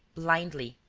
blindly.